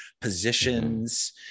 positions